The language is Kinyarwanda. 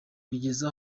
bigeze